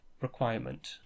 requirement